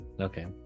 okay